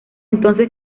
entonces